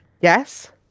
yes